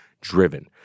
driven